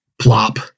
plop